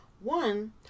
One